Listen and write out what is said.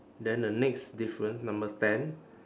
then the next difference number ten